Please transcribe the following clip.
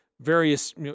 various